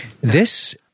This-